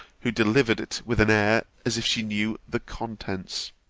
who delivered it with an air, as if she knew the contents.